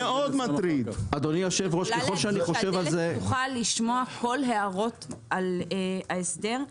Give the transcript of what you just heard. הדלת פתוחה לשמוע כל הערות על ההסדר.